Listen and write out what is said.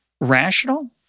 rational